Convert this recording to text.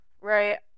Right